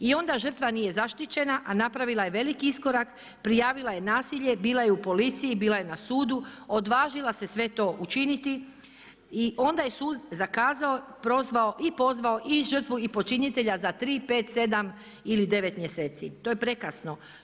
I onda žrtva nije zaštićena a napravila je veliki iskorak, prijavila je nasilje, bila je u policiji, bila je na sudu, odvažila se sve to učiniti i onda je sud zakazao, prozvao i pozvao i žrtvu i počinitelja za 3, 5, 7 ili 9 mjeseci, to je prekasno.